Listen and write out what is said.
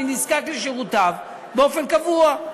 ואני נזקק לשירותיו באופן קבוע.